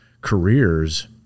careers